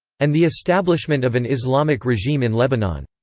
and the establishment of an islamic regime in lebanon.